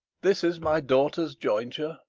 this is my daughter's jointure,